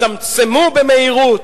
הצטמצמו במהירות.